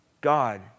God